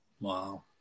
Wow